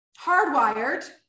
hardwired